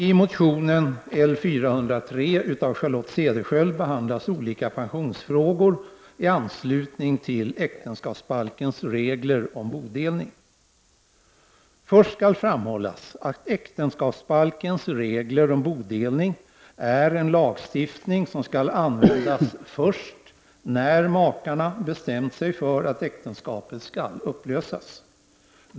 I motionen L403 av Charlotte Cederschiöld behandlas olika pensionsfrågor i anslutning till äktenskapsbalkens regler om bodelning. Först skall framhållas att äktenskapsbalkens regler om bodelning är en lagstiftning som skall användas först när makarna bestämt sig för att äktenskapet skall upplösas.